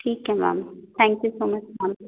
ਠੀਕ ਹੈ ma'am thank you so much ma'am